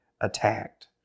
attacked